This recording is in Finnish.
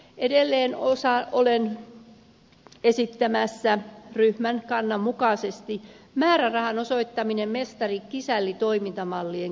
edelleen olen esittämässä ryhmän kannan mukaisesti määrärahan osoittamista mestarikisälli toimintamallien kehittämiseen